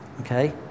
okay